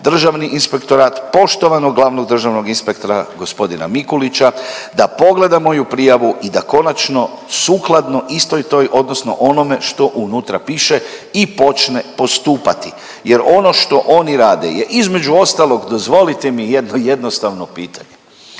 Državni inspektorat poštovanog glavnog državnog inspektora gospodina Mikulića da pogleda moju prijavu i da konačno sukladno istoj toj, odnosno onome što unutra piše i počne postupati. Jer ono što oni rade je između ostalog dozvolite mi jedno jednostavno pitanje